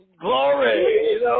glory